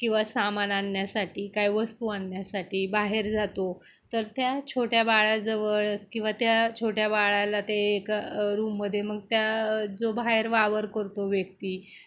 किंवा सामान आणण्यासाठी काय वस्तू आणण्यासाठी बाहेर जातो तर त्या छोट्या बाळाजवळ किंवा त्या छोट्या बाळाला ते एका रूममध्ये मग त्या जो बाहेर वावर करतो व्यक्ती